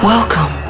Welcome